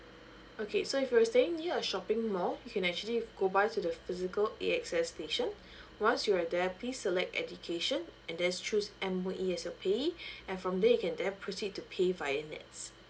okay so if you're staying near a shopping mall you can actually go by to the physical AXS station once you're there please select education and there's choose M_O_E as a payee and from there you can there proceed to pay via NETS